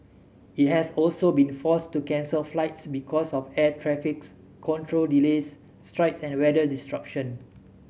it has also been forced to cancel flights because of air traffic control delays strikes and weather disruption